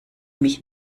mich